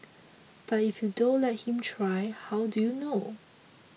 but if you don't let him try how do you know